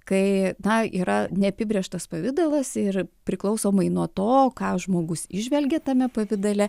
kai na yra neapibrėžtas pavidalas ir priklausomai nuo to ką žmogus įžvelgia tame pavidale